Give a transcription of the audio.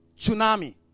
tsunami